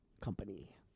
company